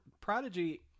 Prodigy